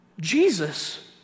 Jesus